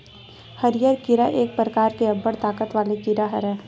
हरियर कीरा एक परकार के अब्बड़ ताकत वाले कीरा हरय